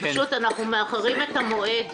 פשוט אנחנו מאחרים את המועד